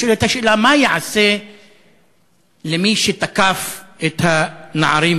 נשאלת השאלה: מה ייעשה למי שתקף את הנערים,